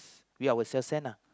we ourselves send lah